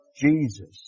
Jesus